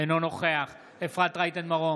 אינו נוכח אפרת רייטן מרום,